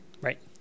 right